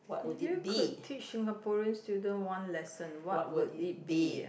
if you could teach Singaporean student one lesson what would it be